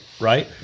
right